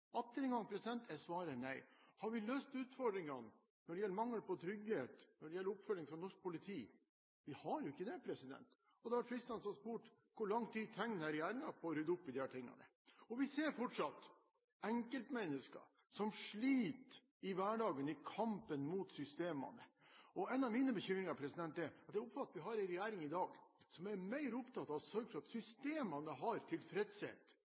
Har vi løst utfordringene når det gjelder mangel på trygghet, når det gjelder oppfølging fra norsk politi? Vi har jo ikke det? Og det hadde vært fristende å spørre: Hvor lang tid trenger denne regjeringen på å rydde opp i disse tingene? Vi ser fortsatt enkeltmennesker som sliter i hverdagen, i kampen mot systemene. En av mine bekymringer er at jeg oppfatter at vi i dag har en regjering som er mer opptatt av å sørge for at systemene tilfredsstiller, og der enkeltmenneskenes behov faktisk anses som et problem. Da går vi baklengs framover, og da har